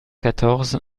quatorze